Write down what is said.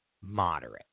moderate